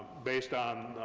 based on,